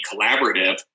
collaborative